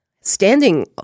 standing